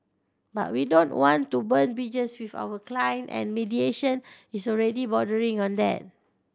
but we don't want to burn bridges with our client and mediation is already bordering on then